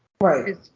right